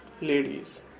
ladies